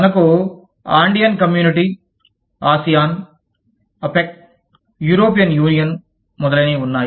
మనకు Andean community ASEAN APEC European Union మొదలైనవి ఉన్నాయి